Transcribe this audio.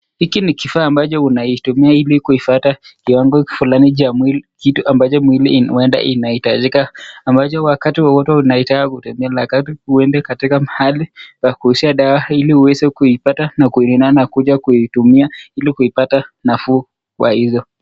Hiki ni kafaa mbacho unatumia ili kuipata kiwango fulani cha mwili, kitu ambacho mwili inahitajika ambacho wakati wowote unaitaka unaende mahali kwa kuuziwa dawa ili uweze kuipata na kukuja kutumia ili kuipata nafuu kwa hiyo.